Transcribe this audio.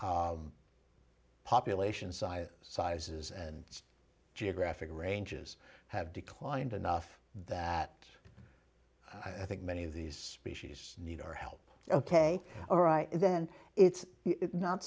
eagles population size sizes and geographic ranges have declined enough that i think many of these species need our help ok alright then it's not